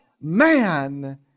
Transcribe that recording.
man